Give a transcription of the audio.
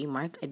Mark